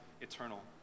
eternal